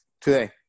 today